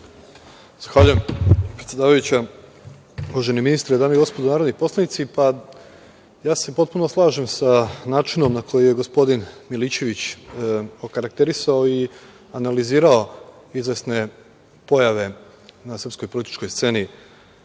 Zahvaljujem, predsedavajuća. Uvaženi ministre, dame i gospodo narodni poslanici, ja se potpuno slažem sa načinom na koji je gospodin Milićević okarakterisao i analizirao izvesne pojave na srpskoj političkoj sceni